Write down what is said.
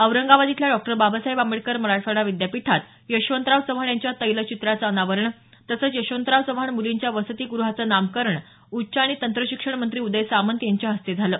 औरंगाबाद इथल्या डॉ बाबासाहेब आंबेडकर मराठवाडा विद्यापीठात यशवंतराव चव्हाण यांच्या तैलचित्राचं अनावरण तसंच यशवंतराव चव्हाण मुलींच्या वसतीगृहाचं नामकरण उच्च आणि तंत्रशिक्षण मंत्री उदय सामंत यांच्या हस्ते झालं